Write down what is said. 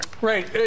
Right